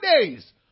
days